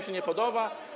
się nie podoba?